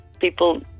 people